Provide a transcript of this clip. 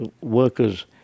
workers